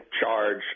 charge